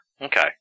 Okay